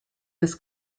his